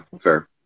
fair